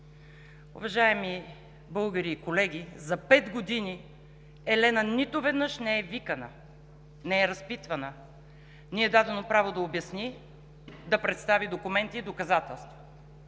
Уважаеми българи и колеги, за пет години Елена нито веднъж не е викана, не е разпитвана, не ѝ е дадено право да обясни, да представи документи и доказателства.